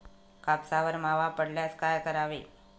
कापसावर मावा पडल्यास काय करावे?